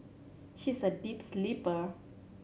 she is a deep sleeper